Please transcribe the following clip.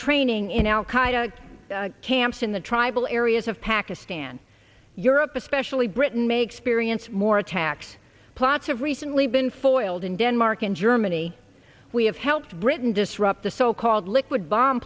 training in al qaeda camps in the tribal areas of pakistan europe especially britain may experience more attacks plots have recently been foiled in denmark and germany we have helped britain disrupt the so called liquid bomb